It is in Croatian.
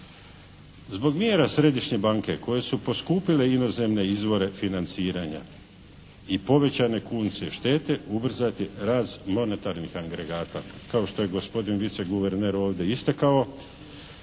Zbog mjera Središnje banke koje su poskupile inozemne izvore financiranja i povećane kunske …/Govornik se ne razumije./… ubrzati rast monetarnih agregata. Kao što je gospodin viceguverner ovdje istakao